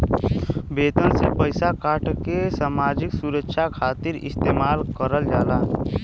वेतन से पइसा काटके सामाजिक सुरक्षा खातिर इस्तेमाल करल जाला